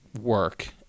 work